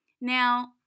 Now